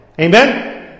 Amen